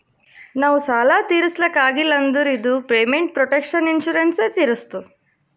ನಾವ್ ಸಾಲ ತಿರುಸ್ಲಕ್ ಆಗಿಲ್ಲ ಅಂದುರ್ ಇದು ಪೇಮೆಂಟ್ ಪ್ರೊಟೆಕ್ಷನ್ ಇನ್ಸೂರೆನ್ಸ್ ಎ ತಿರುಸ್ತುದ್